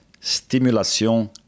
stimulation